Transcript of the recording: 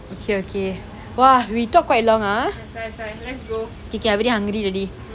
okay okay !wah! we talk quite long ah that's why that's why let's go K K I very hungry already